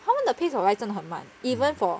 他们的 pace of life 真的很慢 even for